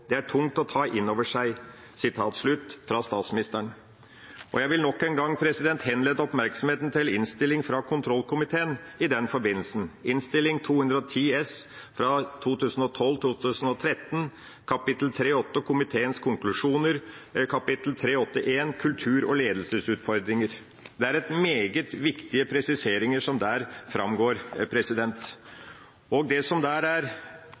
Det er tungt å ta inn over seg.» Jeg vil nok en gang henlede oppmerksomheten på innstillinga fra kontrollkomiteen i den forbindelse, Innst. 210 S for 2012–2013, kapittel 3.8.1 Kultur og ledelsesutfordringer under kapittel 3.8 Komiteens konklusjoner. Det er meget viktige presiseringer som der framgår. Det som der er